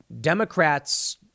Democrats